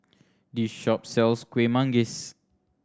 this shop sells Kueh Manggis